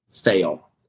fail